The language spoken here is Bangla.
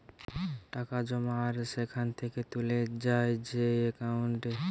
টাকা জমা আর সেখান থেকে তুলে যায় যেই একাউন্টে